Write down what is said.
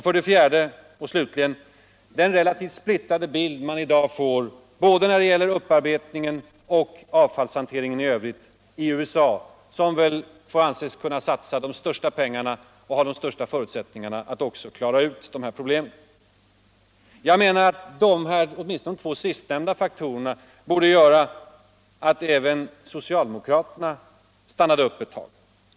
För det fjärde, och slutligen: Man får i dag en relativt splittrad bild när det gäller upparbetningen och avfallshanteringen i övrigt i USA - som får anses kunna satsa de största pengarna och ha de största förutsältningarna att också klara ut de här problemen. Jag menar att åtminstone de två sistnämnda faktorerna borde göra att även socialdemokraterna stannade upp ett tag.